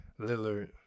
Lillard